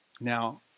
Now